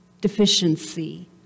deficiency